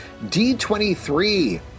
D23